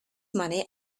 money